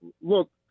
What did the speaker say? Look